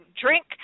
drink